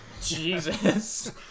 Jesus